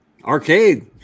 Arcade